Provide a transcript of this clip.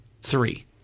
Three